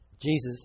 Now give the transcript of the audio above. Jesus